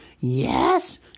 Yes